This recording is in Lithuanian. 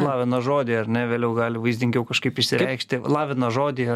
lavina žodį ar ne vėliau gali vaizdingiau kažkaip išsireikšti lavina žodį